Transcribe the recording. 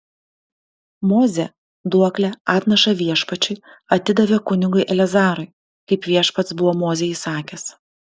mozė duoklę atnašą viešpačiui atidavė kunigui eleazarui kaip viešpats buvo mozei įsakęs